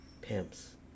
Pimps